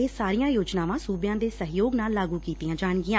ਇਹ ਸਾਰੀਆਂ ਯੋਜਨਾਵਾਂ ਸੁਬਿਆਂ ਦੇ ਸਹਿਯੋਗ ਨਾਲ ਲਾਗੁ ਕੀਤੀਆਂ ਜਾਣਗੀਆਂ